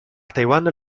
taiwan